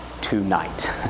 tonight